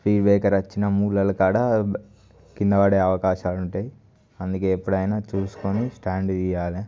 speed breaker వచ్చిన మూలల కాడ కింద పడే అవకాశాలు ఉంటాయి అందుకే ఎప్పుడైనా చూసుకొని స్టాండ్ తీయాలి